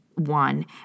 One